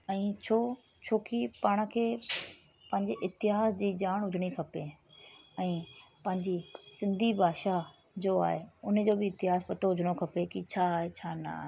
ऐं छो छो की पाण खे पंहिंजे इतिहास जी ॼाण हुजणु खपे ऐं पांहिंजी सिंधी भाषा जो आहे उनजो बि इतिहासु पतो हुजणु खपे की छा आहे छा न आहे